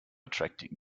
attracting